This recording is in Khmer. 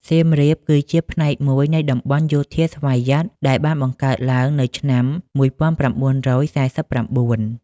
សៀមរាបគឺជាផ្នែកមួយនៃតំបន់យោធាស្វយ័ត ដែលបានបង្កើតឡើងនៅឆ្នាំ១៩៤៩។